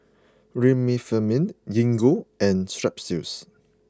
Remifemin Gingko and Strepsils